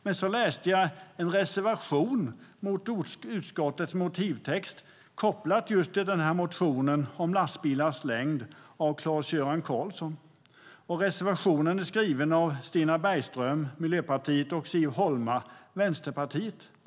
Men så läste jag en reservation mot utskottets motivtext, kopplat just till motionen om lastbilars längd av Clas-Göran Carlsson. Reservationen är skriven av Stina Bergström, Miljöpartiet, och Siv Holma, Vänsterpartiet.